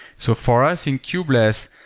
so for us, in kubeless,